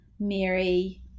Mary